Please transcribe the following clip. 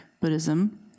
Buddhism